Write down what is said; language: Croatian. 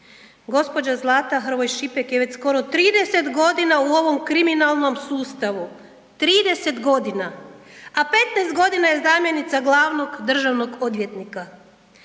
Gospođa Zlata Hrvoj Šipek je već skoro 30 godina u ovom kriminalnom sustavu, 30 godina, a 15 godina je zamjenica glavnog državnog odvjetnika.